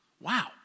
Wow